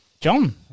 john